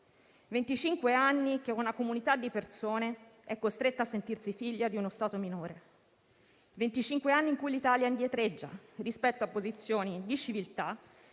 anni che una comunità di persone è costretta a sentirsi figlia di uno Stato minore; venticinque anni in cui l'Italia indietreggia rispetto a posizioni di civiltà